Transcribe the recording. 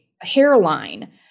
hairline